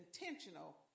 intentional